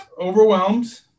overwhelmed